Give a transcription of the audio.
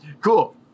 Cool